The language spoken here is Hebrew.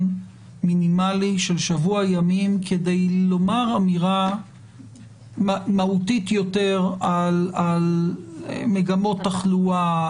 מינימלי של שבוע ימים כדי לומר אמירה מהותית יותר על מגמות תחלואה,